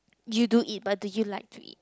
you do eat but do you like to eat